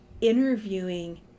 interviewing